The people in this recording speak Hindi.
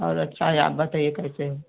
और अच्छा याप बताइए आप कैसे हो